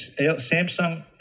Samsung